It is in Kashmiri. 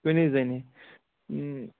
کُنہِ زٔنی اۭں